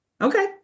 Okay